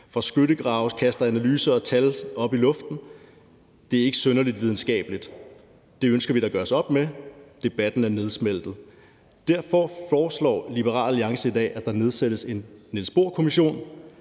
Fra skyttegrave kastes analyser og tal op i luften. Det er ikke synderlig videnskabeligt. Det ønsker vi at der gøres op med. Debatten er nedsmeltet. Derfor foreslår Liberal Alliance i dag, at der nedsættes en Niels Bohr-kommission